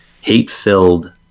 hate-filled